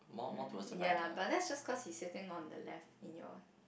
mm ya lah but that's just cause he's sitting on the left in your